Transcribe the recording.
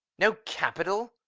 no capital!